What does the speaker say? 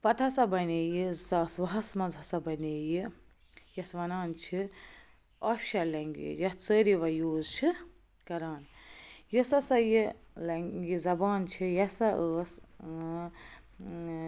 پتہٕ ہَا بَنے یہِ زٕ ساس وُہس منٛز ہَسا بَنے یہِ یَتھ وَنان چھِ آفِشَل لینٛگویج یَتھ سٲری وۄنۍ یوٗز چھِ کَران یۄس ہَسا یہِ لینٛگ یہِ زبان چھِ یہِ ہَسا ٲس